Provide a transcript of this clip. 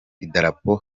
idarapo